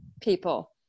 people